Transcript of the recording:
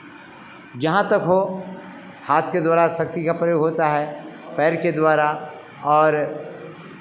जहाँ तक हो हाथ के द्वारा शक्ति का प्रयोग होता है पैर के द्वारा और